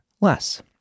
less